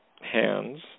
hands